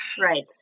Right